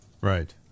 Right